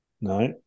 No